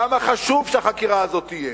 כמה חשוב שהחקירה הזאת תהיה,